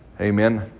Amen